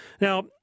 Now